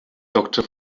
doctor